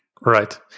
right